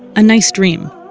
a nice dream.